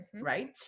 right